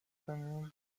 daniel